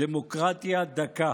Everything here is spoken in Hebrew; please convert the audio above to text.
"דמוקרטיה דקה".